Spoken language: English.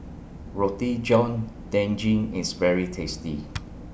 Roti John Daging IS very tasty